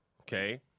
Okay